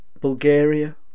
Bulgaria